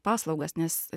paslaugas nes